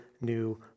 new